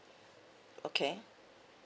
okay